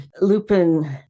Lupin